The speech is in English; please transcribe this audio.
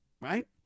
right